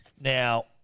Now